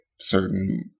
Certain